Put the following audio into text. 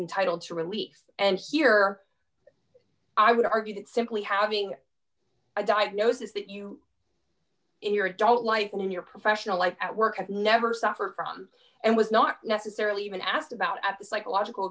entitled to relief and here i would argue that simply having a diagnosis that you in your adult life and in your professional life at work never suffered from and was not necessarily even asked about at the psychological